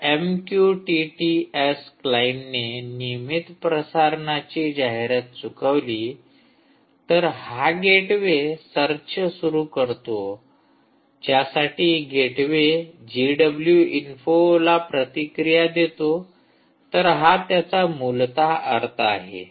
जर MQTT S क्लाइंटने नियमित प्रसारणाची जाहिरात चुकवली तर हा गेटवे सर्च सुरू करतो ज्यासाठी गेटवे जिडब्ल्यू इन्फोला प्रतिक्रिया देतो तर हा त्याचा मूलतः अर्थ आहे